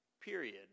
Period